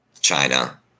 China